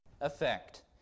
effect